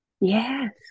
Yes